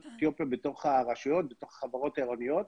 אתיופיה בתוך הרשויות ובתוך החברות העירוניות,